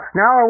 now